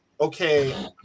Okay